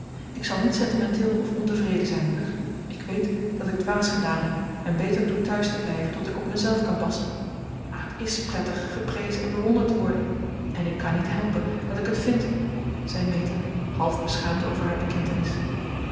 ik zal niet sentimenteel of ontevreden zijn moeder ik weet dat ik dwaas gedaan heb en beter doe thuis te blijven tot ik op mezelf kan passen maar het is prettig geprezen en bewonderd te worden en ik kan niet helpen dat ik het vind zei meta half beschaamd over haar bekentenis